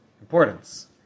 importance